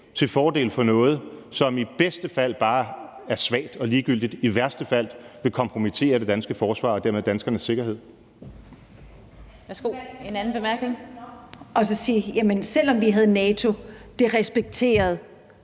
til fordel for noget, som i bedste fald bare er svagt og ligegyldigt, i værste fald vil kompromittere det danske forsvar og dermed danskernes sikkerhed? Kl. 15:55 Den fg. formand (Annette